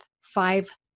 five